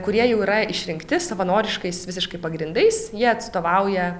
kurie jau yra išrinkti savanoriškais visiškai pagrindais jie atstovauja